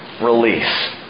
release